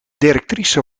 directrice